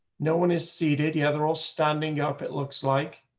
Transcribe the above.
no one is seated. yeah, they're all standing up, it looks like